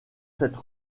cette